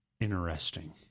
Interesting